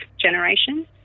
generation